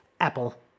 Apple